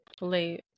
late